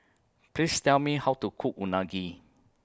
Please Tell Me How to Cook Unagi